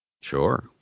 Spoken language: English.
sure